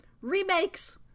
Remakes